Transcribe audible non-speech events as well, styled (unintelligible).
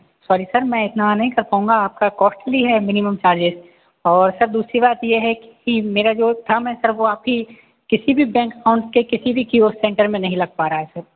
sorry sir में इतना नहीं कर पाऊँगा आपका कोस्टली है मिनीमम चार्जेस और सर दूसरी बात यह है की मेरा जो था मैं सर वह आपकी किसी भी बैंक अकाउंट के किसी भी (unintelligible) सेंटर में नहीं लग पा रहा है सर